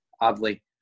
oddly